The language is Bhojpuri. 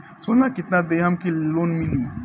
सोना कितना देहम की लोन मिली?